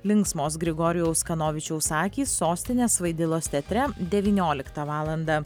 linksmos grigorijaus kanovičiaus akys sostinės vaidilos teatre devynioliktą valandą